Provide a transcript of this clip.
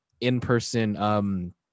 in-person